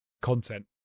content